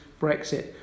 Brexit